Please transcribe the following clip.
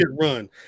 run